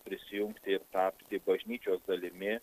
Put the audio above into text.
prisijungti ir tapti bažnyčios dalimi